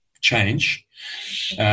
change –